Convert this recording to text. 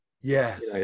yes